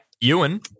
Ewan